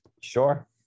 Sure